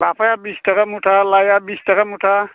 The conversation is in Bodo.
लाफाया बिसथाखा मुथा लाया बिसथाखा मुथा